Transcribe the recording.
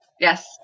yes